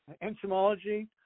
entomology